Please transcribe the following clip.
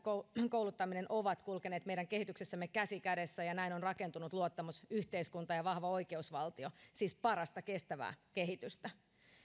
kouluttaminen ovat kulkeneet meidän kehityksessämme käsi kädessä ja näin ovat rakentuneet luottamus yhteiskuntaan ja vahva oikeusvaltio siis parasta kestävää kehitystä